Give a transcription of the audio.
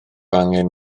angen